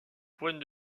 point